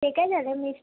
ते काय झालं मीच